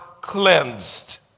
cleansed